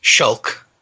Shulk